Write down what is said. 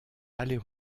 aller